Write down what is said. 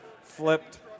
flipped